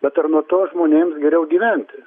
bet ar nuo to žmonėms geriau gyventi